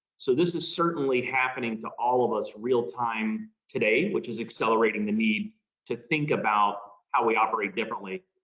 so this is certainly happening to all of us real-time today, which is accelerating the need to think about how we operate differently.